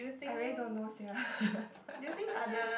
I really don't know sia